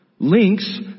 links